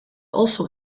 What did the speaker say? also